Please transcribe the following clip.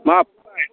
मा फंबाय